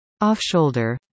Off-shoulder